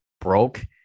broke